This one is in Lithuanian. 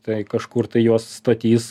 tai kažkur tai juos statys